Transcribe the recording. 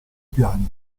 piani